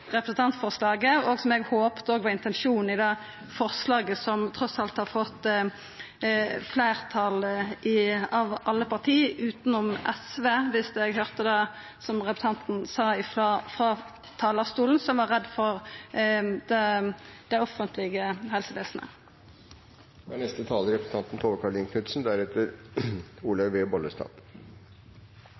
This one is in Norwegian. representantforslaget, og som eg håpte òg var intensjonen i det forslaget som trass alt har fått fleirtal av alle parti utanom SV, som, viss eg høyrde rett det som representanten sa frå talarstolen, er redde for at det skal gå ut over det offentlege helsevesenet.